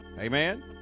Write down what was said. Amen